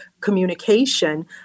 communication